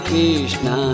Krishna